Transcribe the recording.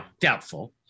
Doubtful